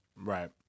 Right